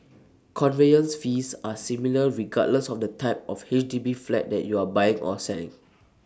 conveyance fees are similar regardless of the type of H D B flat that you are buying or selling